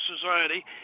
Society